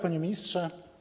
Panie Ministrze!